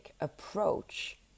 approach